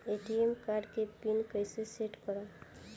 ATM card के pin कैसे set करम?